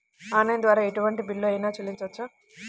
Online ద్వారా ఎటువంటి bill అయినా చెల్లించవచ్చా?